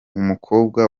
umukobwa